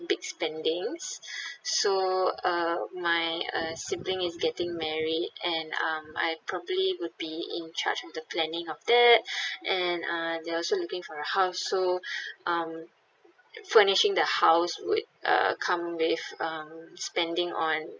big spendings so uh my uh sibling is getting married and um I'd probably would be in charge with the planning of that and uh they're also looking for a house so um furnishing the house would uh come with um spending on